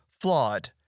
flawed